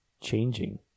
changing